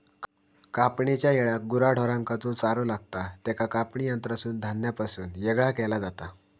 कापणेच्या येळाक गुरा ढोरांका जो चारो लागतां त्याका कापणी यंत्रासून धान्यापासून येगळा केला जाता